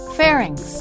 Pharynx